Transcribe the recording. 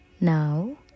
Now